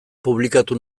publikatu